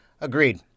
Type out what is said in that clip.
Agreed